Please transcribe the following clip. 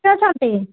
କେମତି ଅଛନ୍ତି